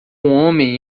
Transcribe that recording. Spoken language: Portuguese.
homem